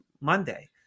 Monday